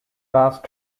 fast